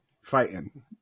fighting